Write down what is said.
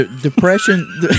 Depression